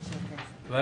אושר פה אחד.